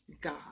God